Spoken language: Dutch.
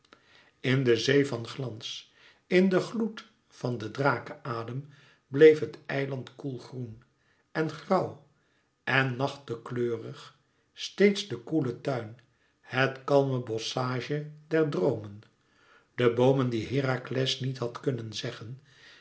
in de zee van glans in den gloed van den drake adem bleef het eiland koelgroen en grauwen nachtekleurig steeds de koele tuin het kalme bosschage der droomen de boomen die herakles niet had kunnen zeggen